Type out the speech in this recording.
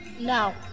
no